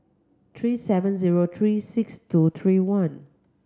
three seven zero three six two three one